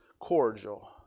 cordial